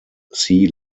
sea